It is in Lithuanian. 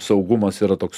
saugumas yra toks